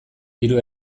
hiru